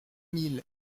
mille